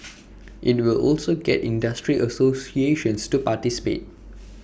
IT will also get industry associations to participate